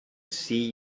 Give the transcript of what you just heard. see